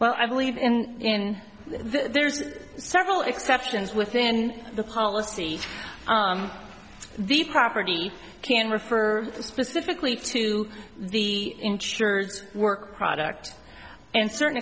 well i believe in there's several exceptions within the policy on the property can refer specifically to the insurer's work product and certain